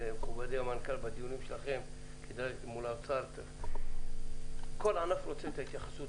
כל ענף רוצה התייחסות